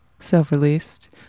self-released